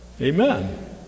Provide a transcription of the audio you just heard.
Amen